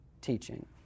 teaching